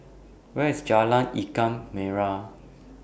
Where IS Jalan Ikan Merah